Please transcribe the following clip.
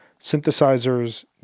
synthesizers